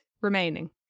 remaining